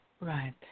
Right